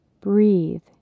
Breathe